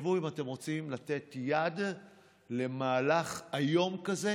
תחשבו אם אתם רוצים לתת יד למהלך איום כזה